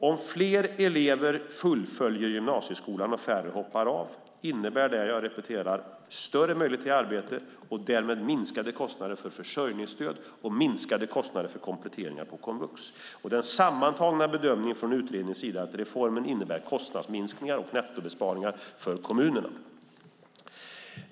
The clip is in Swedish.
Om fler elever fullföljer gymnasieskolan och färre hoppar av innebär det, jag repeterar, större möjligheter till arbete och därmed minskade kostnader för försörjningsstöd och komplettering på komvux. Den sammantagna bedömningen från utredningens sida är att reformen innebär kostnadsminskningar och nettobesparingar för kommunerna.